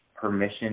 permission